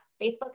Facebook